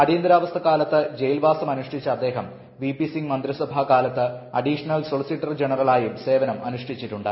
അടിയന്തിരാവസ്ഥ കാലത്ത് ജയിൽവാസം അനുഷ്ഠിച്ച അദ്ദേഹം വി പി സിംഗ് മന്ത്രിസഭാ കാലത്ത് അഡിഷണൽ സോളിസിറ്റർ ജനറൽ ആയും സേവനമനുഷ്ഠിച്ചിട്ടുണ്ട്